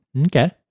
Okay